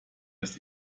ist